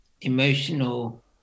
emotional